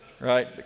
Right